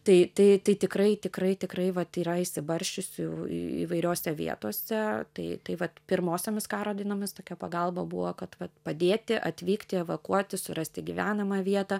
tai tai tai tikrai tikrai tikrai vat yra išsibarsčiusių įvairiose vietose tai tai vat pirmosiomis karo dienomis tokia pagalba buvo kad va padėti atvykti evakuotis surasti gyvenamą vietą